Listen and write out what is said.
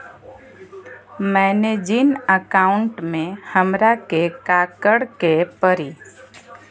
मैंने जिन अकाउंट में हमरा के काकड़ के परी?